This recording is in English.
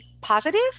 positive